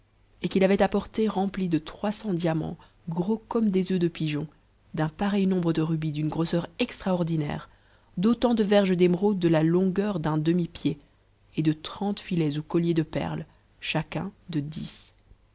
et qu'il avait apportée remplie de trois cents diamants gros comme des oeufs de pigeon d'un pareil nombre de rubis d'une grosseur extraordinaire d'autant de verges d'émeraudes de la longueur d'un demi-pied et de trente filets ou colliers de perles chacun de dix